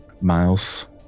Miles